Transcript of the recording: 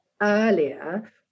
earlier